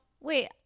Wait